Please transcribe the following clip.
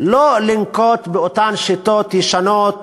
לא לנקוט את אותן שיטות ישנות